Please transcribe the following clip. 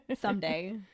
Someday